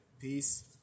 peace